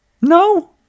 no